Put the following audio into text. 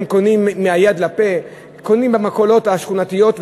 הם קונים מהיד לפה, קונים במכולות השכונתיות.